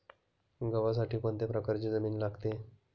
गव्हासाठी कोणत्या प्रकारची जमीन लागते?